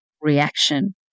reaction